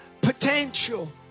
potential